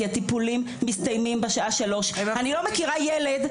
כי הטיפולים מסתיימים בשעה 15:00. אני לא מכירה ילד,